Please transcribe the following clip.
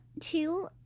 two